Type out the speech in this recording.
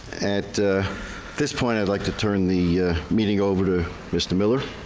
at this point i would like to turn the meeting over to mr. miller.